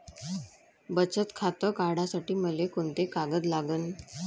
बचत खातं काढासाठी मले कोंते कागद लागन?